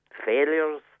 failures